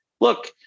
look